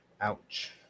ouch